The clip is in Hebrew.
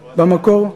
במקור,